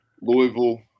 Louisville